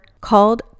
called